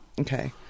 Okay